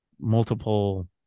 multiple